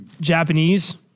Japanese